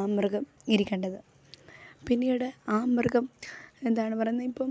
ആ മൃഗം ഇരിക്കേണ്ടത് പിന്നീട് ആ മൃഗം എന്താണ് പറയുന്നത് ഇപ്പം